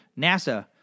NASA